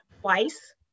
twice